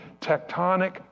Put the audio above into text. tectonic